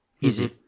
Easy